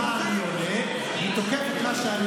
אתה כבר אומר מה אני עונה, ותוקף את מה שעניתי.